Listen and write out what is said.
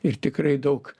ir tikrai daug